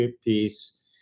piece